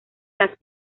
las